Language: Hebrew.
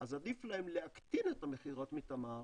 אז עדיף להם להקטין את המכירות מתמר.